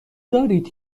دارید